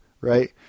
right